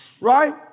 Right